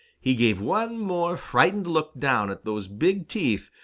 he gave one more frightened look down at those big teeth,